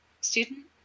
student